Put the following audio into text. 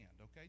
okay